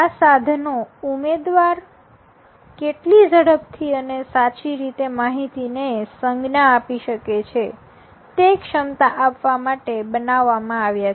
આ સાધનો ઉમેદવાર કેટલી ઝડપથી અને સાચી રીતે માહિતીને સંજ્ઞા આપી શકે છે તે ક્ષમતા માપવા માટે બનાવવામાં આવ્યા છે